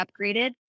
upgraded